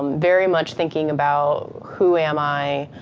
very much thinking about, who am i?